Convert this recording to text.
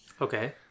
okay